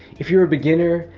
if you're a beginner,